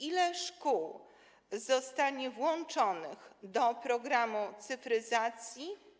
Ile szkół zostanie włączonych do programu cyfryzacji?